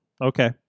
Okay